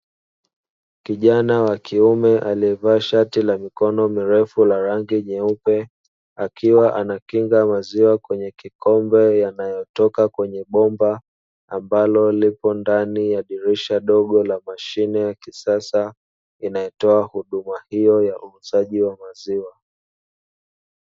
Kijana wa kiume aliyevaa shati la mikono mirefu la rangi nyeupe akiwa anakinga maziwa kwenye kikombe, yanayotoka kwenye bomba ambalo lipo ndani ya dirisha dogo la mashine ya kisasa inayotoa huduma hiyo ya uuzaji wa maziwa.